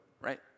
right